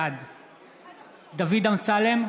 בעד דוד אמסלם,